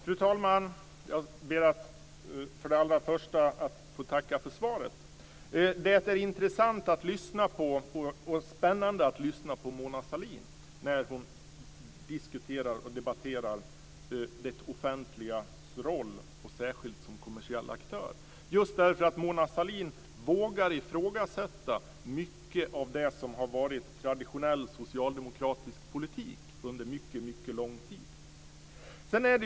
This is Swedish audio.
Fru talman! Jag ber att få tacka för svaret. Det är intressant och spännande att lyssna på Mona Sahlin när hon diskuterar och debatterar det offentligas roll, och då särskilt som kommersiell aktör, just därför att hon vågar ifrågasätta mycket av det som har varit traditionell socialdemokratisk politik under mycket, mycket lång tid.